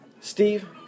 Steve